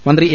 മന്ത്രി എ